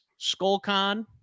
SkullCon